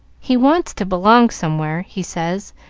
he wants to belong somewhere, he says,